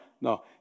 no